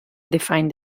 define